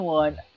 one